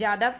Jadhav